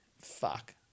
fuck